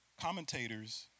Commentators